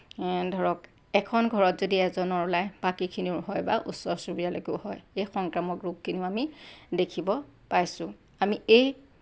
এ ধৰক এখন ঘৰত যদি এজনৰ ওলায় বাকিখিনিৰো হয় বা ওচৰ চুবুৰীয়ালৈকে হয় সেই সংক্ৰামক ৰোগ কিন্তু আমি দেখিব পাইছোঁ আমি এই